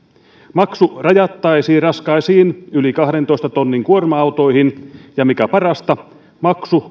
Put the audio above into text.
maksu rajattaisiin raskaisiin yli kahdentoista tonnin kuoma autoihin ja mikä parasta maksu